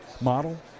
model